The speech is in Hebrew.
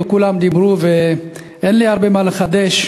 כולם דיברו ואין לי הרבה מה לחדש,